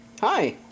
hi